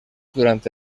durante